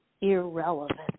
irrelevant